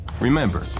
Remember